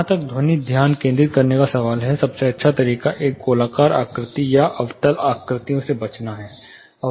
जहाँ तक ध्वनिक ध्यान केंद्रित करने का सवाल है सबसे अच्छा तरीका एक गोलाकार आकृति या अवतल आकृतियों से बचना है